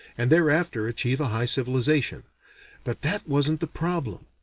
and thereafter achieve a high civilization but that wasn't the problem.